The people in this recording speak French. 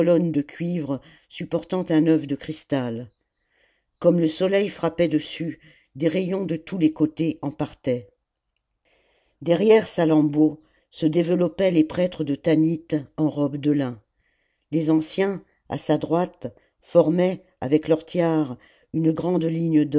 de cuivre supportant un œuf de cristal comme le soleil frappait dessus des rayons de tous les côtés en partaient derrière salammbô se développaient les prêtres de tanit en robes de lin les anciens à sa droite formaient avec leurs tiares une grande